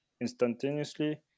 instantaneously